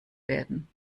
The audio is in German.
werden